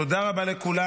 תודה רבה לכולם.